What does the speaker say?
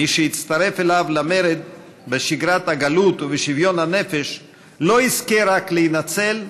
מי שיצטרף אליו למרד בשגרת הגלות ובשוויון הנפש לא יזכה רק להינצל,